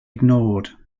ignored